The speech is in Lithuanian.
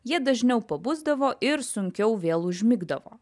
jie dažniau pabusdavo ir sunkiau vėl užmigdavo